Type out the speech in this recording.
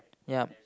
ya